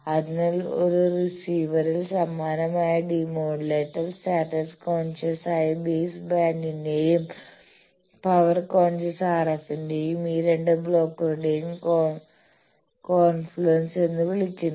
അതിനാൽ ഒരു റിസീവറിൽ സമാനമായി ഡിമോഡുലേറ്റർ സ്റ്റാറ്റസ് കോൺഷ്യസായ ബേസ് ബാൻഡിന്റെയും പവർ കോൺഷ്യസ് RFന്റെയും ഈ രണ്ട് ബ്ലോക്കുകളുടെയും കോൺഫ്ലുൻസ് എന്ന് വിളിക്കുന്നു